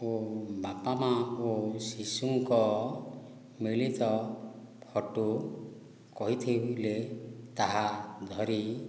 ଓ ବାପା ମାଆ ଓ ଶିଶୁଙ୍କ ମିଳିତ ଫଟୋ କହିଥି ଲେ ତାହା ଧରି